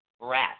breath